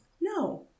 No